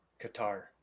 Qatar